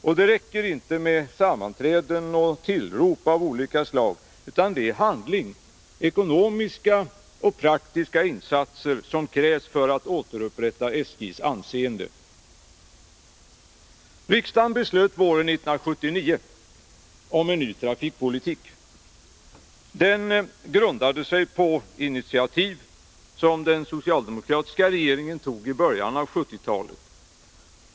Och det räcker inte med sammanträden och tillrop av 33 olika slag, utan det är handling, ekonomiska och praktiska insatser, som krävs för att återupprätta SJ:s anseende. Riksdagen beslöt våren 1979 om en ny trafikpolitik. Den grundade sig på initiativ som den socialdemokratiska regeringen tog i början av 1970-talet.